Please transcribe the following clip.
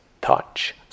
touch